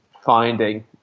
finding